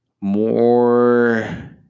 more